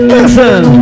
Listen